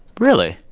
really?